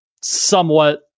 somewhat